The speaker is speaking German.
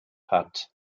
hat